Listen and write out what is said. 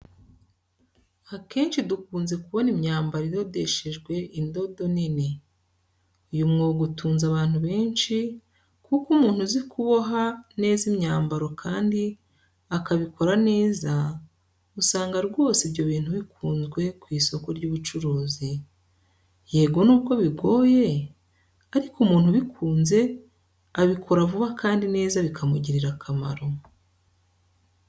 Akenshi dukunze kubona imyambaro idodeshejwe indodo nini. Uyu mwuga utunze abantu benshi kuko umuntu uzi kuboha neza imyambaro kandi akabikora neza usanga rwose ibyo bintu bikunzwe ku isoko ry'ubucurizi. Yego nubwo bigoye ariko umuntu ubikunze abikora vuba kandi neza bikamugirira akamaro.